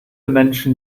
menschen